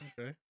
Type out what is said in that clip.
Okay